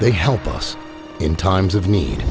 they help us in times of need